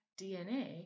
DNA